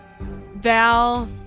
Val